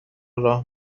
راه